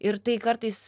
ir tai kartais